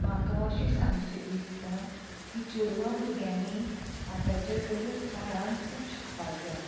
म्हाका अशें सांगचें दिसता की चेडवां भुरग्यांनी आतांचे तर काळंत खूब शिकपाक जाय